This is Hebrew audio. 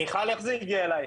מיכל איך זה הגיע אלייך?